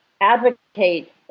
advocate